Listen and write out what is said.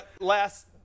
last